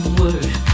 word